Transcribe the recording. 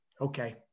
Okay